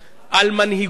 על מנהיגותה,